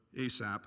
ASAP